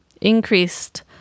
increased